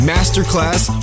Masterclass